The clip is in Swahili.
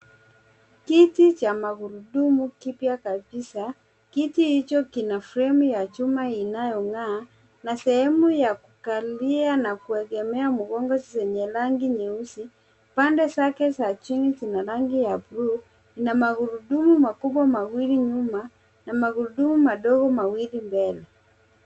Kiti cha magurudumu kipya kabisa. Kiti hicho kina fremu ya chuma inayong'aa na sehemu ya kukalia na kuegemea mgongo zenye rangi nyeusi. Pande zake za chini zina rangi ya buluu na magurudumu makubwa mawili nyumu na magurudumu madogo mawili mbele.